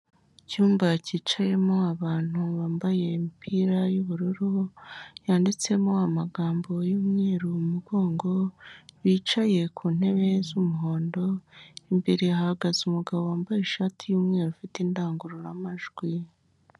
Icyumba cyicayemo abantu bambaye imipira y'ubururu yanditsemo amagambo y'umweru mu mugongo, wicaye ku ntebe z'umuhondo imbere hahagaze umugabo wambaye ishati y'umweru ufite indangururamajwi.